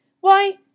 Why